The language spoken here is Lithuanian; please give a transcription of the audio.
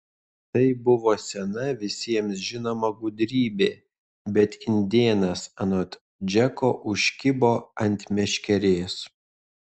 tai buvo sena visiems žinoma gudrybė bet indėnas anot džeko užkibo ant meškerės